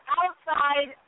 outside